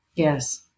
Yes